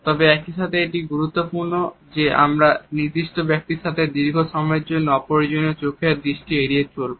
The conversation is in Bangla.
তবে একই সাথে এটি গুরুত্বপূর্ণ যে আমরা নির্দিষ্ট ব্যক্তির সাথে দীর্ঘ সময়ের জন্য অপ্রয়োজনীয় চোখের দৃষ্টি এড়িয়ে চলব